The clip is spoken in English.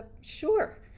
sure